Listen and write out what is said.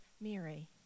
Mary